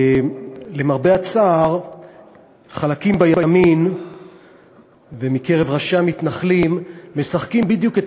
למרבה הצער חלקים בימין ובקרב ראשי המתנחלים משחקים בדיוק את